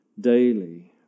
daily